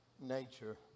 nature